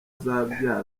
azabyara